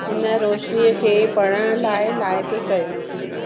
हिन रोशनीअ खे पढ़ण लाइ लाइक़ कयो